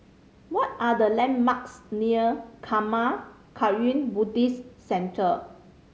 what are the landmarks near Karma Kagyud Buddhist Centre